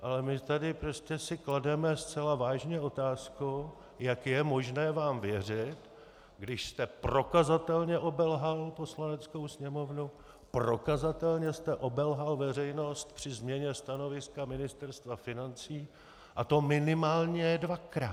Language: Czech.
Ale my si tady prostě klademe zcela vážně otázku, jak je možné vám věřit, když jste prokazatelně obelhal Poslaneckou sněmovnu, prokazatelně jste obelhal veřejnost při změně stanoviska Ministerstva financí, a to minimálně dvakrát.